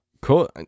cool